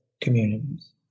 communities